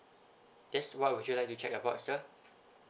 yes what would you like to check about sir